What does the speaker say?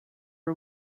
are